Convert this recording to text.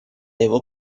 его